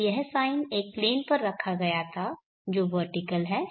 तो यह साइन एक प्लेन पर रखा गया था जो वर्टीकल है